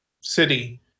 city